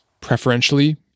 preferentially